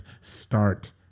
start